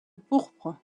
pourpre